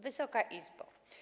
Wysoka Izbo!